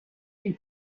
d’une